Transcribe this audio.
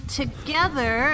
together